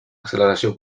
acceleració